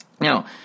Now